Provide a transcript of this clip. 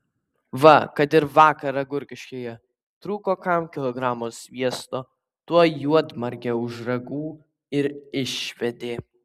va kad ir vakar agurkiškėje trūko kam kilogramo sviesto tuoj juodmargę už ragų ir išvedė